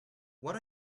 what